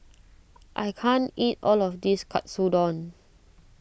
I can't eat all of this Katsudon